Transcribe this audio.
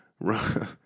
run